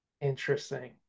Interesting